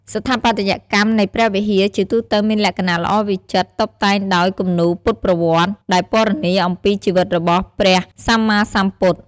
ស្ថាបត្យកម្មនៃព្រះវិហារជាទូទៅមានលក្ខណៈល្អវិចិត្រ តុបតែងដោយ គំនូរពុទ្ធប្រវត្តិ ដែលពណ៌នាអំពីជីវិតរបស់ព្រះសម្មាសម្ពុទ្ធ។